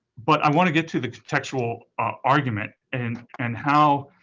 but i want to get to the textual argument and and how,